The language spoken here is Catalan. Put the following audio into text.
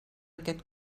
aquest